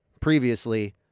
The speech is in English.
previously